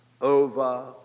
over